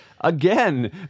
Again